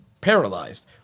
paralyzed